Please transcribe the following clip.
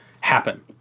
happen